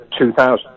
2000